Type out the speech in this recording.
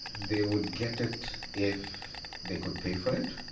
they would get it if they could pay for it.